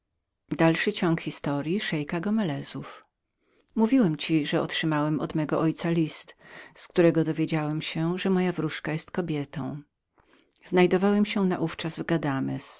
co też uczynił w tych słowach mówiłem ci że otrzymałem od mego ojca list z którego dowiedziałem się że moja wróżka była kobietą znajdowałem się naówczas